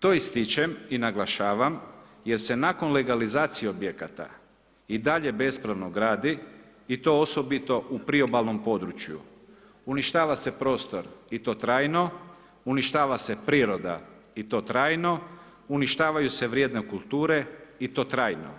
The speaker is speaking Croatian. To ističem i naglašavam jer se nakon legalizacije objekata i dalje bespravno gradi i to osobito u priobalnom području uništava se prostor i to trajno, uništava se priroda i to trajno, uništavaju se vrijedne kulture i to trajno,